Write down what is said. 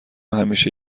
همیشه